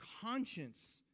conscience